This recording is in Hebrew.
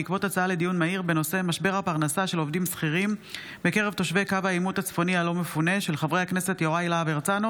התרבות והספורט בעקבות דיון מהיר בהצעתם של חברי הכנסת מירב בן ארי,